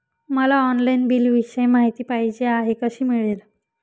मला ऑनलाईन बिलाविषयी माहिती पाहिजे आहे, कशी मिळेल?